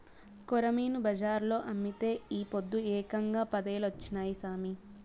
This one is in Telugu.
కొరమీను బజార్లో అమ్మితే ఈ పొద్దు ఏకంగా పదేలొచ్చినాయి సామి